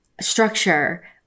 structure